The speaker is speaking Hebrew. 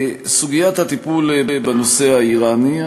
סוגיית הטיפול בנושא האיראני,